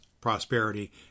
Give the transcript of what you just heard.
prosperity